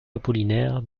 apollinaire